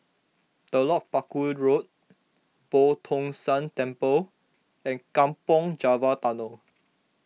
Telok Paku Road Boo Tong San Temple and Kampong Java Tunnel